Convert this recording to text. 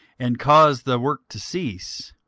and cause the work to cease.